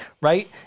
right